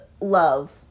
love